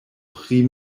pri